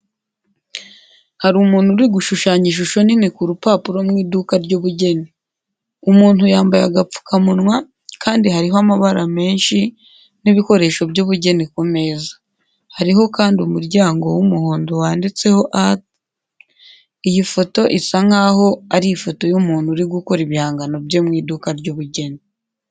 Hari umuntu uri gushushanya ishusho nini ku rupapuro mu iduka ry'ubugeni. Umuntu yambaye agapfukamunwa, kandi hariho amabara menshi n'ibikoresho by'ubugeni ku meza. Hariho kandi umuryango w'umuhondo wanditseho "ART". Iyi foto isa nk'aho ari ifoto y'umuntu uri gukora ibihangano bye mu iduka ry'ubugeni.